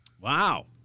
Wow